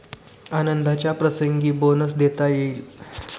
आनंदाच्या प्रसंगी बोनस देता येईल